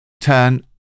turn